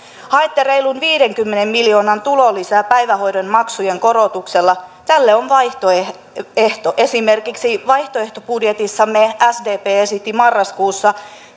haette reilun viidenkymmenen miljoonan tulolisää päivähoidon maksujen korotuksella tälle on vaihtoehto esimerkiksi vaihtoehtobudjetissamme sdp esitti marraskuussa